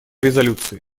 резолюции